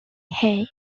hay